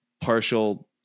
partial